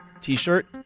t-shirt